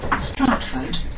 Stratford